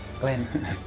Glenn